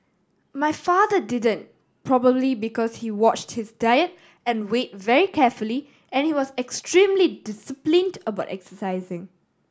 my father didn't probably because he watched his diet and weight very carefully and was extremely disciplined about exercising